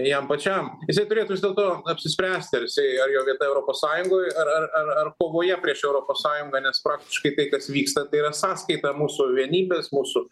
jam pačiam jisai turėtų vis dėlto apsispręsti ar jisai ar jo vieta europos sąjungoj ar ar ar ar kovoje prieš europos sąjungą nes praktiškai tai kas vyksta tai yra sąskaita mūsų vienybės mūsų